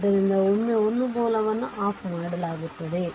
ಆದ್ದರಿಂದ ಒಮ್ಮೆ ಒಂದು ಮೂಲವನ್ನು ಆಫ್ ಮಾಡಲಾಗುತ್ತದೆ